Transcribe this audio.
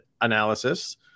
analysis